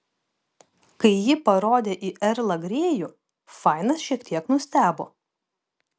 kai ji parodė į erlą grėjų fainas šiek tiek nustebo